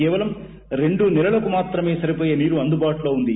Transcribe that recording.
కేవలం రెండు నెలలకు మాత్రమే సరిపోయే నీరు అందుబాటులో ఉంది